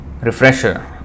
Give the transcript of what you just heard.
refresher